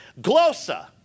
glosa